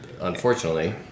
unfortunately